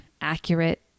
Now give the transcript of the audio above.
accurate